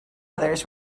others